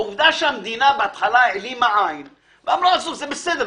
העובדה שהמדינה בהתחלה העלימה עין ואמרה: זה בסדר,